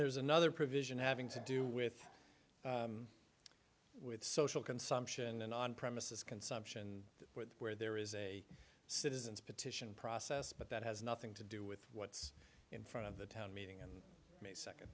there's another provision having to do with with social consumption and on premises consumption where there is a citizens petition process but that has nothing to do with what's in front of the town meeting and may second